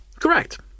Correct